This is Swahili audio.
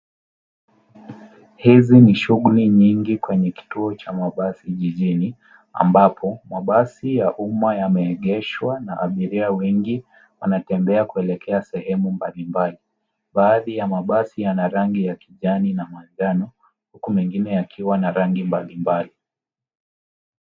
Hizi ni shuguli nyingi kwenye kituo cha mabasi jijini ambapo mabasi ya umma yameegeshwa na abiria wengi wanatembea kuelekea sehemu mbalimbali. Baadhi ya mabasi yana rangi ya kijani na manajno huku mengine yakiwa na rangi mbalimbali.